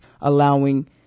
allowing